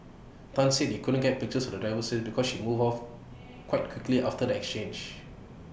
Tan said they couldn't get pictures of the driver's face because she moved off quite quickly after the exchange